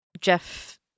Jeff